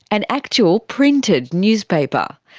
an actual printed newspaper.